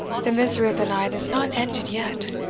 the misery of the night is not ended yet!